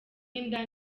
inda